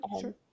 sure